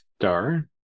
Star